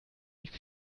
nicht